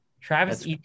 Travis